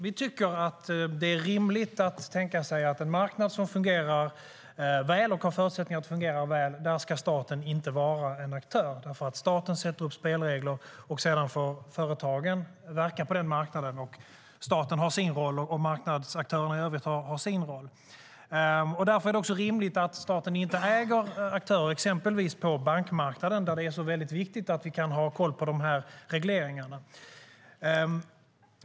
Vi tycker att det är rimligt att tänka sig att på en marknad som fungerar väl, och som har förutsättningar att fungera väl, ska staten inte vara en aktör. Staten sätter upp spelregler och sedan får företagen verka på marknaden. Staten har sin roll och marknadsaktörerna i övrigt har sina roller. Därför är det rimligt att staten inte äger aktörer exempelvis på bankmarknaden, där det är viktigt att vi kan ha koll på regleringarna.